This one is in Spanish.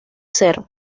ser